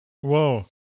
Whoa